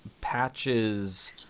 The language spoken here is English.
Patches